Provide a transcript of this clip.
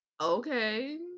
Okay